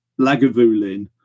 Lagavulin